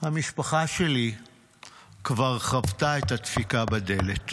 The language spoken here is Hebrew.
המשפחה שלי כבר חוותה את הדפיקה בדלת.